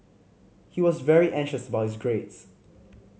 he was very anxious about his grades